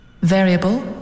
Variable